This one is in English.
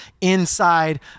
inside